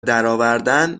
درآوردن